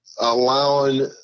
allowing